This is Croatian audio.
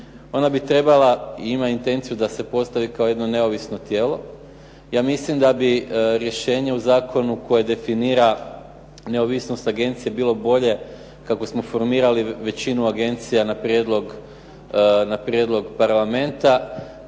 ona bi trebala i ima intenciju da se postavi kao jedno neovisno tijelo. Ja mislim da bi rješenje u zakonu koje definira neovisnost agencije bilo bolje kako smo formirali većinu agencija na prijedlog parlamenta.